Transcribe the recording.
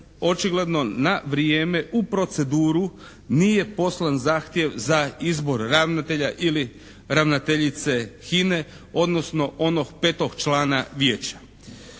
očigledno na vrijeme u proceduru nije poslan zahtjev za izbor ravnatelja ili ravnateljice HINA-e odnosno onog petog člana vijeća.